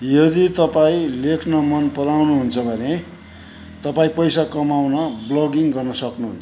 यदि तपाईँ लेख्न मन पराउनुहुन्छ भने तपाईँ पैसा कमाउन ब्लगिङ गर्न सक्नुहुन्छ